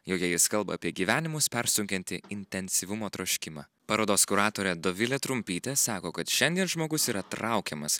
joje jis kalba apie gyvenimus persunkiantį intensyvumo troškimą parodos kuratorė dovilė tumpytė sako kad šiandien žmogus yra traukiamas